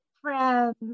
friends